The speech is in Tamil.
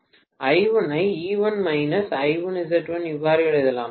I1 ஐ E1 I1Z1 இவ்வாறு எழுதலாம் இது I1I2ZL சமமாக இருக்கும்